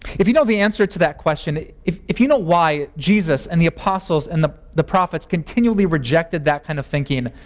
if you know the answer to that question, if if you know why jesus and the apostles and the the prophets continually rejected that kind of thinking,